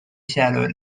shallow